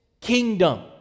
kingdom